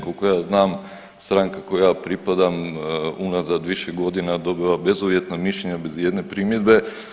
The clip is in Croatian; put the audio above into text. Koliko ja znam stranka kojoj ja pripadam unazad više godina dobiva bezuvjetna mišljenja bez ijedne primjedbe.